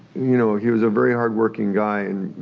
you know he was a very hardworking guy and,